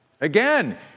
Again